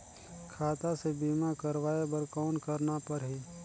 खाता से बीमा करवाय बर कौन करना परही?